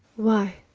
why,